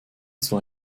zwar